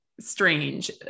strange